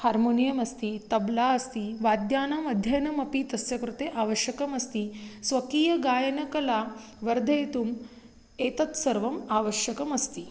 harmonium अस्ति तब्ला अस्ति वाद्यानाम् अध्ययनमपि तस्य कृते आवश्यकमस्ति स्वकीयगायनकला वर्धयितुम् एतत् सर्वम् आवश्यकमस्ति